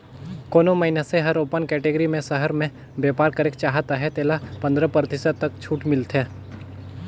कोनो मइनसे हर ओपन कटेगरी में सहर में बयपार करेक चाहत अहे तेला पंदरा परतिसत तक छूट मिलथे